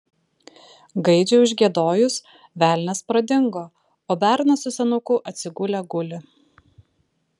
gaidžiui užgiedojus velnias pradingo o bernas su senuku atsigulę guli